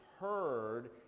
heard